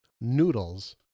noodles